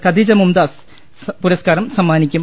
ഖദീജ മുംതാസ് പുരസ്കാരം സമ്മാനിക്കും